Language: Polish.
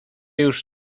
już